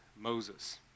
Moses